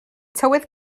tywydd